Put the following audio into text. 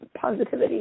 positivity